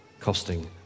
costing